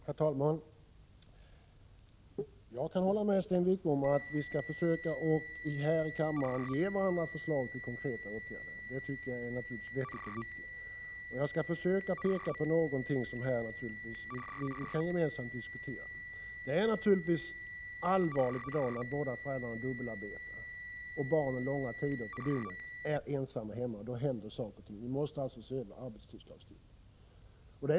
Herr talman! Jag kan hålla med Sten Wickbom om att vi här i kammaren skall försöka ge förslag till konkreta åtgärder. Det är naturligtvis vettigt och viktigt. Jag skall försöka peka på något som vi gemensamt kan diskutera. Självfallet är det allvarligt när, som i dag ofta sker, båda föräldrarna dubbelarbetar och barnen långa tider på dygnet är ensamma hemma. Då händer saker och ting. Vi måste se över arbetstidslagstiftningen.